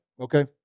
Okay